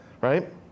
right